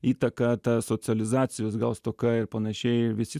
įtaka ta socializacijos gal stoka ir panašiai ir visi